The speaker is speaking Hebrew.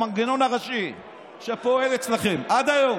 המנגנון הראשי שפועל אצלכם עד היום,